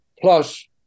Plus